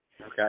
Okay